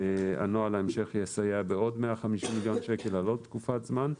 נוהל ההמשך יסייע בעוד 150 מיליון שקל על עוד תקופת זמן.